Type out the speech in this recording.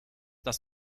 das